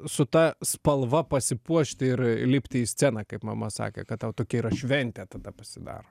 su ta spalva pasipuošti ir lipti į sceną kaip mama sakė kad tau tokia yra šventė tada pasidaro